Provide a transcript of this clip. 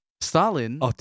Stalin